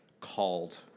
called